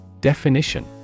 Definition